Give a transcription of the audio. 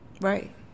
Right